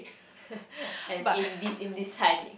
and inde~ indeciding